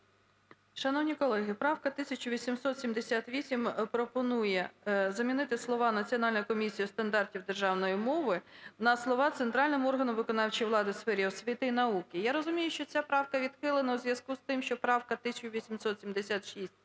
Шановні колеги, правка 1878 пропонує замінити слова "Національною комісією стандартів державної мови" на слова "центральним органом виконавчої влади у сфері освіти та науки". Я розумію, що ця правка відхилена у зв'язку з тим, що правка 1876